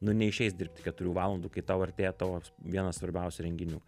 nu neišeis dirbti keturių valandų kai tau artėja tavo vienas svarbiausių renginių